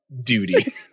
Duty